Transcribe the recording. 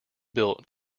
built